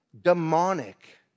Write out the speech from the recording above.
Demonic